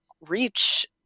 reach